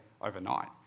overnight